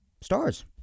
Stars